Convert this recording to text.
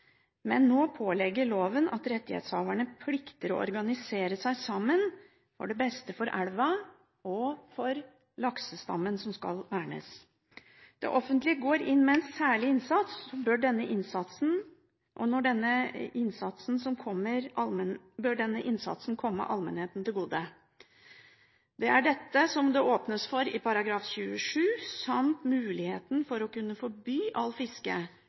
Men nå pålegger loven rettighetshaverne å organisere seg sammen til det beste for elva og for laksestammen som skal vernes. Når det offentlige går inn med en særlig innsats, bør denne innsatsen komme allmennheten til gode. Det er dette det åpnes for i § 27, samt muligheten for å kunne forby alt fiske